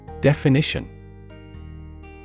Definition